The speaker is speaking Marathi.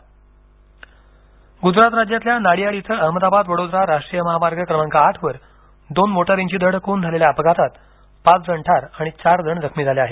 गुजरात अपघात गुजरात राज्यातल्या नाडियाड इथं अहमदाबाद वडोदरा राष्ट्रीय महामार्ग क्रमांक आठ वर दोन मोटारींची धडक होऊन झालेल्या अपघातात पांच जण ठार आणि चार जण जखमी झाले आहेत